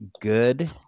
good